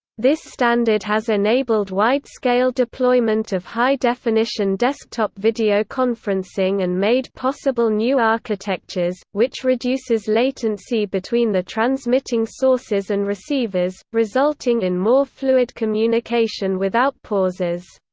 this standard has enabled wide scale deployment of high definition desktop videoconferencing and made possible new architectures, which reduces latency between the transmitting sources and receivers, resulting in more fluid communication without pauses.